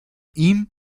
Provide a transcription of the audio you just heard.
ihm